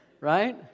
Right